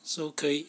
so 可以